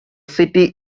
city